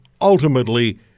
ultimately